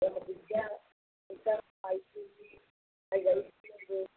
ఒక pizza ice cream ఐదు ఆరు